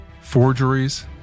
forgeries